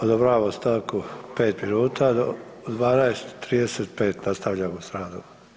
Odobravam stanku pet minuta do 12,35 nastavljamo s radom.